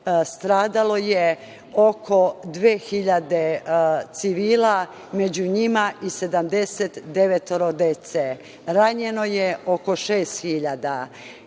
stradalo je oko 2.000 civila, među njima i 79 dece, ranjeno je oko 6.000.